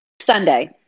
Sunday